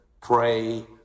pray